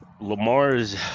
lamar's